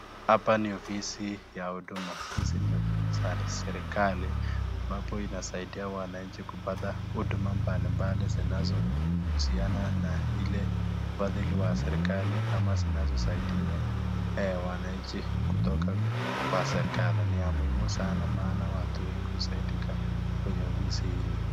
Hapa ni ofisi za huduma, hizi ni ofisi ya serikali ambapo inasaidia wamanchi kupata huduma mbali mbali zinazohusiana na ile ufadhili wa serikali ama zinazosaidiwa wananchi kutoka kwa serikali maana watu wengi husaidika kwenye ofisi hizi.